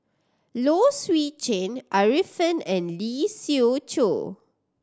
Low Swee Chen Arifin and Lee Siew Choh